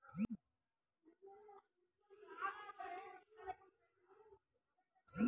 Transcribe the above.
ಅಪಘಾತ ವಿಮೆ ಅಂದ್ರ ಎನಾರ ಅಪಘಾತ ಆದರ ರೂಕ್ಕ ಬರೋದು